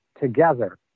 together